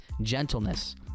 gentleness